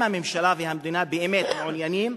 אם הממשלה והמדינה באמת מעוניינות,